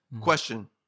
Question